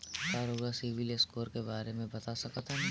का रउआ CIBIL score के बारे में बता सकतानी?